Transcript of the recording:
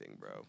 bro